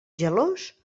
gelós